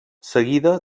seguida